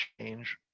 change